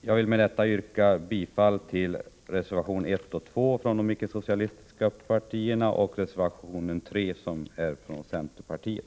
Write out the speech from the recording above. Jag vill med detta yrka bifall till reservationerna 1 och 2 från de icke-socialistiska partierna och reservation 3 från centerpartiet.